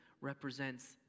represents